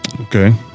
Okay